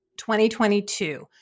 2022